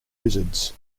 wizards